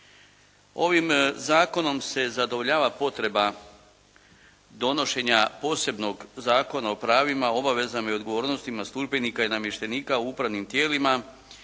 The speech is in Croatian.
Ovim zakonom se zadovoljava potreba donošenja posebnog zakona o pravima, obavezama i odgovornostima službenika i namještenika u upravnim tijelima